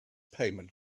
payment